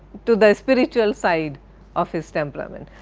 to the spiritual side of his temperament.